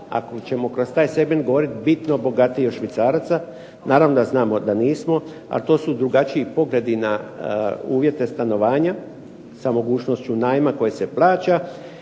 ako ćemo kroz taj segment govoriti bitno bogatiji od Švicaraca. Naravno da znamo da nismo, a to su drugačiji pogledi na uvjete stanovanja sa mogućnošću najma koji se plaća